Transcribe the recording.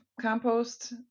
compost